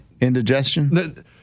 Indigestion